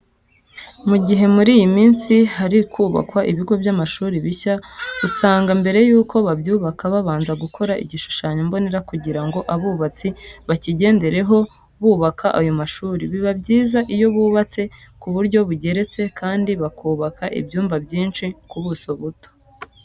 Mu gihe muri iyi minsi hari kubakwa ibigo by'amashuri bishya, usanga mbere yuko babyubaka babanza gukora igishushanyo mbonera kugira ngo abubatsi bakigendereho bubaka ayo mashuri. Biba byiza iyo bubatse ku buryo bugeretse kandi bakubaka ibyumba byinshi ku buso buto.